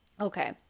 okay